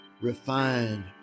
refined